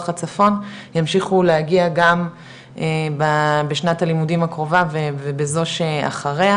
הצפון ימשיכו להגיע גם בשנת הלימודים הקרובה ובזו אחריה,